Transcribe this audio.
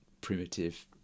primitive